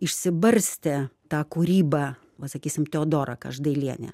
išsibarstė ta kūryba o sakysim teodora každailienė